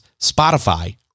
Spotify